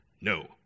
No